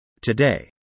Today